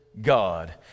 God